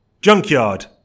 Junkyard